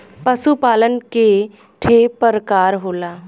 पशु पालन के ठे परकार होला